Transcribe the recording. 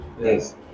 Yes